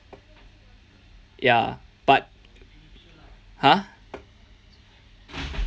ya but hor